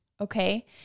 okay